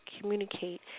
communicate